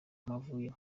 mpavuye